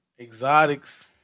Exotics